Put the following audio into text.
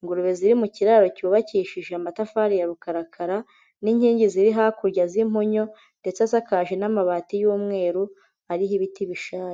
ingurube ziri mu kiraro cyubakishije amatafari ya rukarakara n'inkingi ziri hakurya z'impunyu ndetse asakaje n'amabati y'umweru ariho ibiti bishaje.